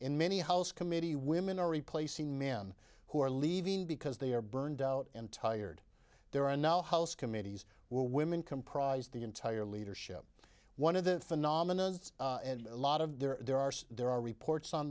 in many house committee women or replace the man who are leaving because they are burned out and tired there are no house committees where women comprise the entire leadership one of the phenomenas and a lot of there are so there are reports on